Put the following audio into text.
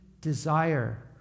desire